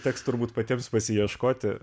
teks turbūt patiems pasiieškoti